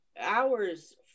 hours